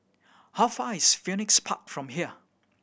how far is Phoenix Park from here